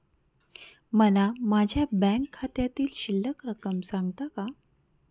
मला माझ्या बँक खात्यातील शिल्लक रक्कम सांगता का?